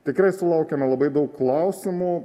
tikrai sulaukiama labai daug klausimų